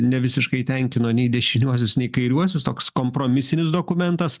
ne visiškai tenkino nei dešiniuosius nei kairiuosius toks kompromisinis dokumentas